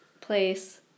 place